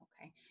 Okay